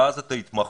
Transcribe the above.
אז את ההתמחות,